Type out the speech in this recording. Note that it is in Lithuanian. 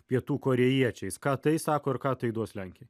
pietų korėjiečiais ką tai sako ir ką tai duos lenkijai